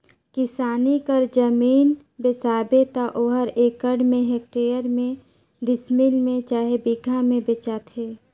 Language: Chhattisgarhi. किसानी कर जमीन बेसाबे त ओहर एकड़ में, हेक्टेयर में, डिसमिल में चहे बीघा में बेंचाथे